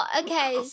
okay